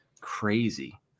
crazy